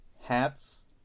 hats